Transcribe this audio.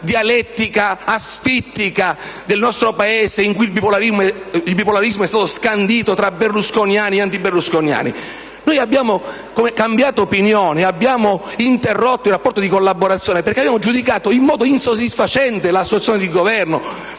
dialettica asfittica del nostro Paese in cui il bipolarismo è stato scandito tra berlusconiani e antiberlusconiani. Noi abbiamo cambiato opinione, abbiamo interrotto il rapporto di collaborazione perché abbiamo giudicato in modo insoddisfacente la situazione di governo,